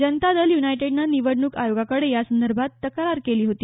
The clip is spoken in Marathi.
जनता दल युनायटेडनं निवडणूक आयोगाकडे या संदर्भात तक्रार केली होती